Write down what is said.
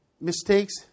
mistakes